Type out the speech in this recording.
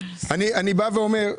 אני בא ואומר,